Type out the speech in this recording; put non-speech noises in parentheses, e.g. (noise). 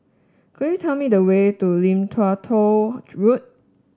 could you tell me the way to Lim Tua Tow (unintelligible) Road